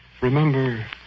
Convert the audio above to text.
remember